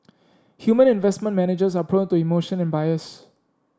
human investment managers are prone to emotion and bias